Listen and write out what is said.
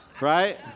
right